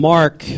Mark